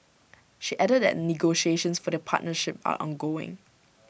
she added that negotiations for the partnership are ongoing